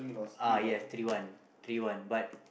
uh yes three one three one but